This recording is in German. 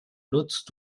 nutzt